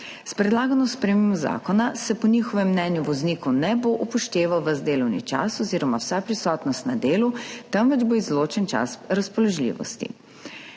S predlagano spremembo zakona se po njihovem mnenju vozniku ne bo upošteval ves delovni čas oziroma vsa prisotnost na delu, temveč bo izločen čas razpoložljivosti.